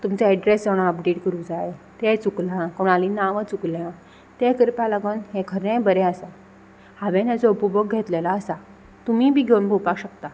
तुमचो एड्रेस जावं कोणा अपडेट करूं जाय तें चुकलां कोणालीं नांवां चुकल्या तें करपा लागोन हें खरें बरें आसा हांवेन हेजो उपभोग घेतलेलो आसा तुमीय बी घेवन पोवपा शकता